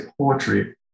poetry